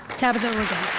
tabitha wiggins.